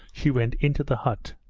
she went into the hut,